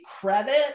credit